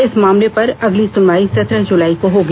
इस मामले पर अगली सुनवाई सत्रह जुलाई को होगी